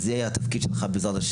וזה יהיה התפקיד שלך, בעזרת ה'.